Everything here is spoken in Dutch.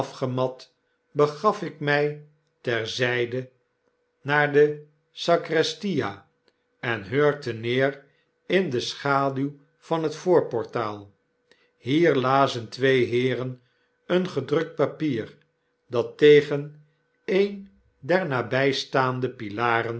begaf ik my ter zyde naar de sagrestia en hurkte neer in de schaduw van het voorportaal hier lazen twee heeren een gedrukt papier dat tegen een der naastbystaande pilaren